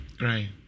Right